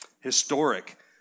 historic